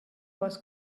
was